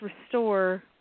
restore